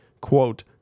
quote